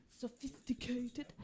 sophisticated